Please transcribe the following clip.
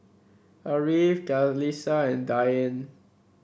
Ariff Qalisha and Dian